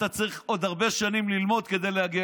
אתה צריך עוד הרבה שנים ללמוד כדי להגיע